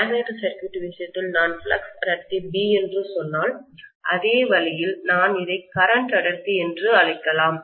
magnetic circuit விஷயத்தில் நான் flux அடர்த்தி B என்று சொன்னால் அதே வழியில் நான் இதை கரண்ட் அடர்த்தி என்று அழைக்கலாம்